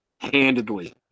handedly